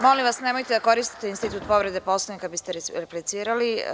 Molim vas da ne koristite institut povrede Poslovnika da biste replicirali.